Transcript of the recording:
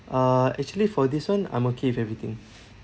uh actually for this [one] I'm okay with everything